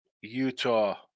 Utah